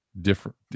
different